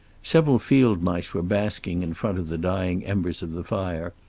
several field mice were basking in front of the dying embers of the fire,